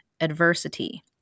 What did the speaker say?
adversity